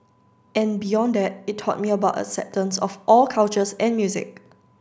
and beyond that it taught me about acceptance of all cultures and music